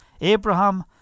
Abraham